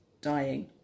dying